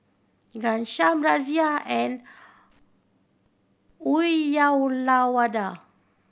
Ghanshyam Razia and Uyyalawada